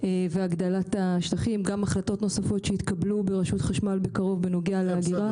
והגלדת השטחים והחלטות נוספות שיתקבלו בקרוב ברשות החשמל בנוגע לאגירה.